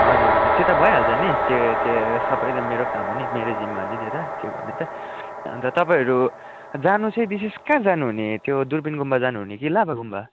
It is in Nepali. हजुर हजुर त्यो त भइहाल्छ नि त्यो त्यो सबै त मेरो काम हो नी मेरो जिम्मा हो नि त्यो गर्नु त अन्त तपाईँहरू जानु चाहिँ विशेष कहाँ जानुहुने त्यो दुर्पिन गुम्बा जानुहुने कि लाभा गुम्बा